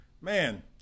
man